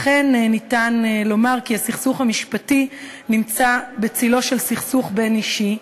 לכן ניתן לומר כי הסכסוך המשפטי נמצא בצלו של סכסוך בין-אישי,